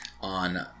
on